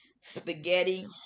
spaghetti